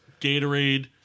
Gatorade